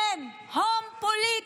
כן, הון פוליטי.